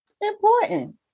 Important